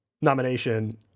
nomination